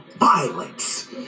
violence